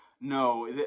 No